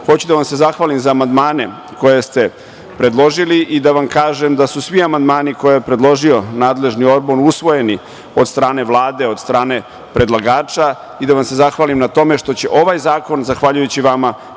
hoću da vam se zahvalim za amandmane koje ste predložili i da vam kažem da su svi amandmani koje je predložio nadležni odbor usvojeni od strane Vlade, od strane predlagača i da vam se zahvalim na tome što će ovaj zakon, zahvaljujući vama,